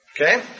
Okay